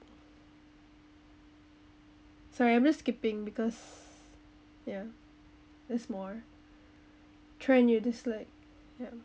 sorry I'm just skipping because ya there's more trend you dislike ya